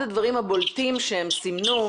אחד הדברים הבולטים שהם סימנו,